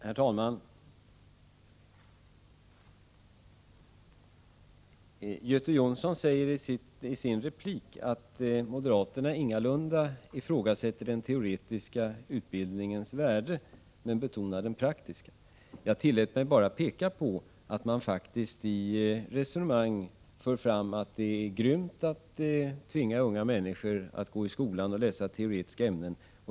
Herr talman! Göte Jonsson sade i sin replik att moderaterna ingalunda ifrågasätter den teoretiska utbildningens värde men betonar den praktiska. Jag tillät mig att peka på att man faktiskt i vissa resonemang hävdat att det är grymt att tvinga unga människor att gå i skolan och läsa teoretiska ämnen.